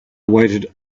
waited